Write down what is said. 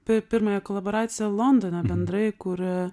pi pirmąją kolaboraciją londone bendrai kuri